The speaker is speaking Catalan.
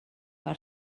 per